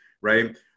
right